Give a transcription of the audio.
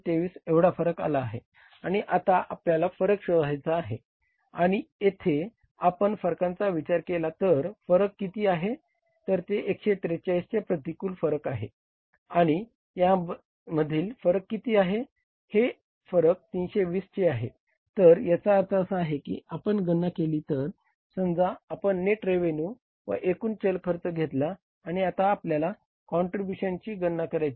6223 एवढा फरक आला आहे आणि आता आपल्याला फरक शोधायचा आहे आणि यथे आपण फरकाचा विचार केला तर फरक किती आहे तर हे 143 चे प्रतिकूल गणना करूया